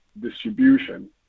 distribution